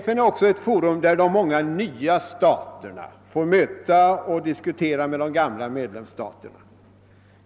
FN är också ett forum där de många nya staterna får möta och diskutera med de gamla medlemsstaterna.